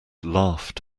laughed